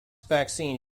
vaccine